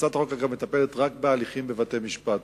הצעת החוק מטפלת רק בהליכים בבתי-משפט,